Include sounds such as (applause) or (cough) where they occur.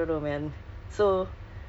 (laughs)